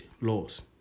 laws